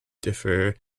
differ